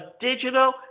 digital